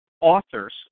authors